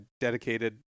dedicated